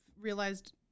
realized